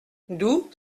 d’où